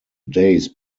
days